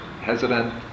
hesitant